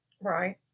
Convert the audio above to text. Right